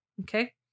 Okay